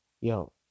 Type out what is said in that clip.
yo